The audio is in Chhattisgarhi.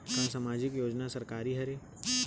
का सामाजिक योजना सरकारी हरे?